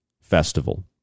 Festival